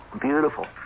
beautiful